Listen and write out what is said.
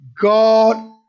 God